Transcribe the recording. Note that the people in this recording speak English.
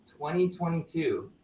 2022